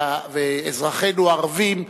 ואזרחינו הערבים,